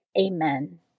Amen